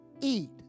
Eat